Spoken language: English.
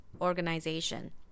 organization